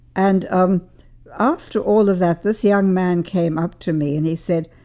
and um after all of that, this young man came up to me and he said,